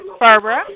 Barbara